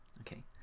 Okay